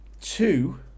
two